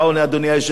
אדוני היושב-ראש.